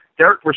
Derek